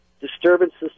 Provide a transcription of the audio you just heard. disturbances